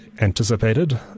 anticipated